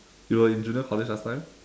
you were in junior college last time